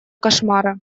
кошмары